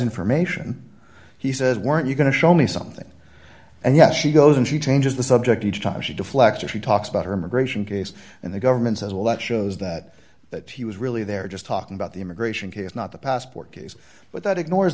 information he says weren't you going to show me something and yes she goes and she changes the subject each time she deflector she talks about her immigration case and the government says well that shows that that he was really there just talking about the immigration case not the passport case but that ignores